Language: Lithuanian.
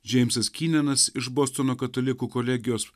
džeimsas kynenas iš bostono katalikų kolegijos